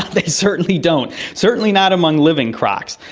they certainly don't, certainly not among living crocs,